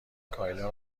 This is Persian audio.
کایلا